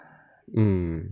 mm